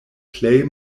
plej